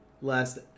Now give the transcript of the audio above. last